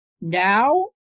Now